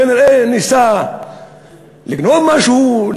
כנראה ניסה לגנוב משהו,